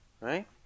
Right